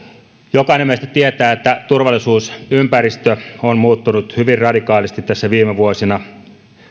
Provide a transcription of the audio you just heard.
jokainen meistä tietää että turvallisuusympäristö on muuttunut hyvin radikaalisti tässä viime vuosina